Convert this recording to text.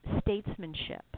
statesmanship